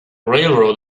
railroad